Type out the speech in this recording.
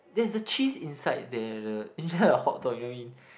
there's a cheese inside there inside the hot dog I mean